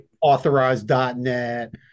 authorized.net